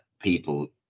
people